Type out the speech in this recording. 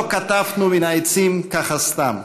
לא קטפנו מן העצים ככה סתם,